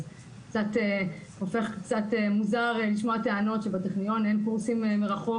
אז זה קצת מוזר לשמוע טענות שבטכניון אין קורסים מרחוק,